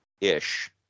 ish